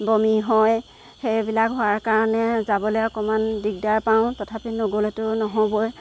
বমি হয় সেইবিলাক হোৱাৰ কাৰণে যাবলৈ অকণমান দিগদাৰ পাওঁ তথাপি নগ'লেতো নহ'বই